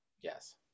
Yes